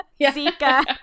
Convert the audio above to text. Zika